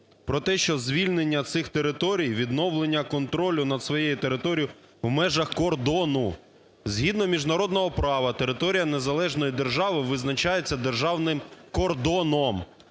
Про те, що звільнення цих територій, відновлення контролю над своєю територією в межах кордону. Згідно міжнародного права територія незалежної держави визначається державним кордоном.